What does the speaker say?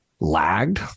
lagged